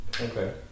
Okay